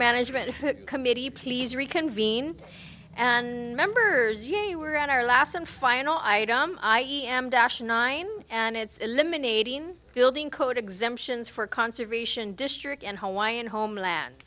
management committee p s reconvene and members yay we're on our last and final item i e m dash nine and it's eliminating building code exemptions for conservation district and hawaiian homeland